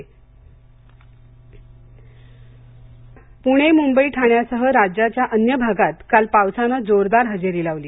पाऊस प्णे मुंबई ठाण्यासह राज्याच्या अन्य भागात काल पावसानं जोरदार हजेरी लावली